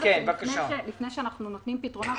לפני שאנחנו נותנים פתרונות,